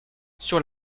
sur